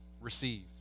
receive